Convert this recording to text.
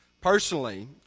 personally